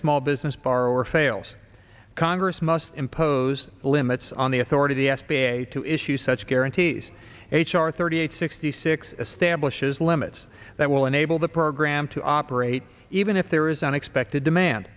small business borrower fails congress must impose limits on the authority the s b a to issue such guarantees h r thirty eight sixty six establishes limits that will enable the program to operate even if there is unexpected demand